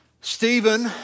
Stephen